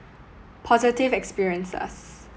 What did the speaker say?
positive experiences